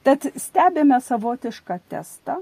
tad stebime savotišką testą